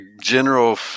general